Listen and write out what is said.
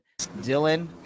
Dylan